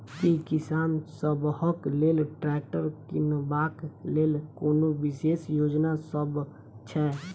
की किसान सबहक लेल ट्रैक्टर किनबाक लेल कोनो विशेष योजना सब छै?